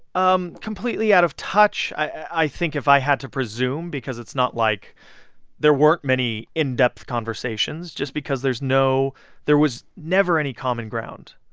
um completely out of touch i think if i had to presume because it's not like there weren't many in-depth conversations just because there's no there was never any common ground,